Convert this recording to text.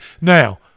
Now